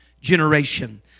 generation